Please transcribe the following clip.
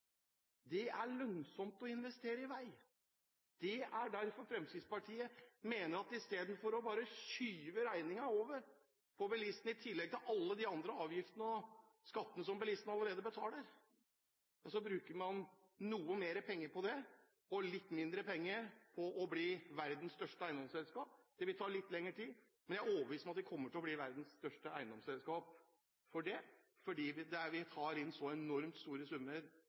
Det er lønnsomt å investere i vei. Derfor mener Fremskrittspartiet at i stedet for bare å skyve regningen over på bilistene – i tillegg til alle de andre avgiftene og skattene som bilistene allerede betaler – bruker man noe mer penger på det og litt mindre penger på å bli verdens største eiendomsselskap. Det vil ta litt lenger tid, men jeg er overbevist om at vi kommer til å bli verdens største eiendomsselskap likevel, fordi vi tar inn så enormt store summer